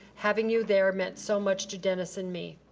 having you there meant so much to dennis and me.